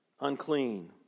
unclean